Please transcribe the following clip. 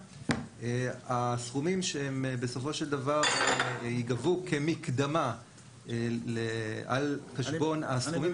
הסכומים שייגבו כמקדמה על חשבון הסכומים